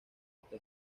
esta